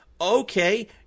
Okay